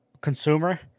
consumer